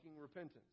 repentance